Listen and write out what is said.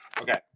Okay